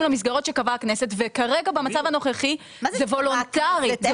למסגרות שקבעה הכנסת וכרגע במצב הנוכחי זה וולונטרי.